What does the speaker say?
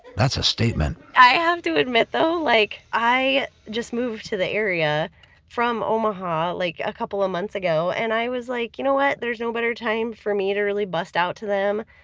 that's a statement. i have to admit though, like, i just moved to the area from omaha like a couple of months ago and i was like, you know what, there's no better time for me to really bust out to them.